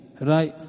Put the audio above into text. Right